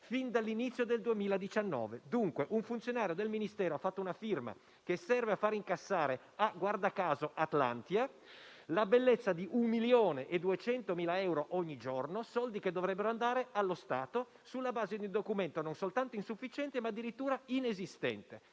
fin dall'inizio del 2019. Dunque, un funzionario del Ministero ha posto una firma che serve a fare incassare - guarda caso - ad Atlantia la bellezza di 1,2 milioni di euro ogni giorno: soldi che dovrebbero andare allo Stato, sulla base di un documento non soltanto insufficiente ma addirittura inesistente.